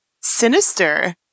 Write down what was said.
sinister